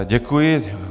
Děkuji.